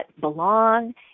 belong